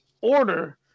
order